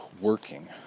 working